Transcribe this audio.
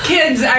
Kids